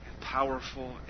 powerful